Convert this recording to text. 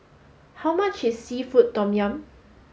how much is Seafood Tom Yum